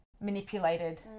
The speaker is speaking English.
manipulated